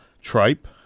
tripe